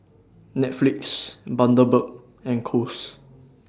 Netflix Bundaberg and Kose